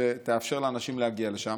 שתאפשר לאנשים להגיע לשם.